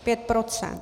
Pět procent.